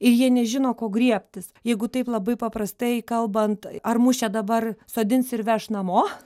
ir jie nežino ko griebtis jeigu taip labai paprastai kalbant ar mus čia dabar sodins ir veš namo